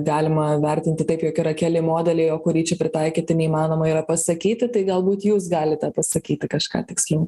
galima vertinti taip jog yra keli modeliai o kurį čia pritaikyti neįmanoma yra pasakyti tai galbūt jūs galite pasakyti kažką tiksliau